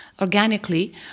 organically